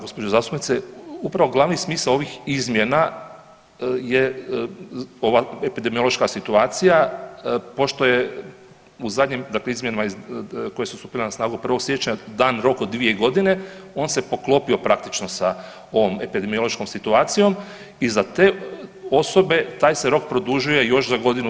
Poštovana gđo. zastupnice, upravo glavni smisao ovih izmjena je ova epidemiološka situacija pošto je u zadnjim, dakle izmjenama koje su stupile na snagu 1. siječnja dan rok od 2.g., on se poklopio praktično sa ovom epidemiološkom situacijom i za te osobe taj se rok produžuje još za godinu.